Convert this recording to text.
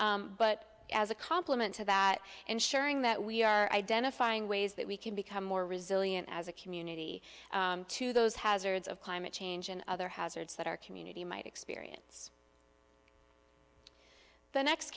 but as a complement to that ensuring that we are identifying ways that we can become more resilient as a community to those hazards of climate change and other hazards that our community might experience the next